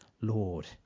Lord